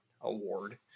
award